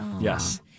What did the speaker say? Yes